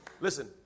listen